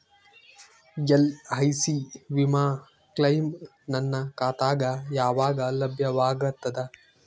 LIC ವಿಮಾ claim ನನ್ನ ಖಾತಾಗ ಯಾವಾಗ ಲಭ್ಯವಾಗತದ?